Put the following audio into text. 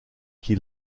qui